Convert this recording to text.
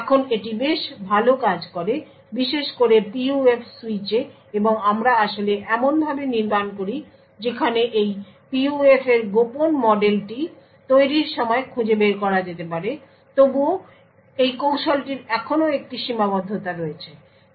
এখন এটি বেশ ভাল কাজ করে বিশেষ করে PUF সুইচে এবং আমরা আসলে এমনভাবে নির্মাণ করি যেখানে এই PUF এর গোপন মডেলটি তৈরির সময়ে খুঁজে বের করা যেতে পারে তবে তবুও এই কৌশলটির এখনও একটি সীমাবদ্ধতা রয়েছে